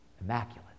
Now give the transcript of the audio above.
immaculate